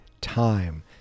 time